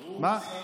ברור.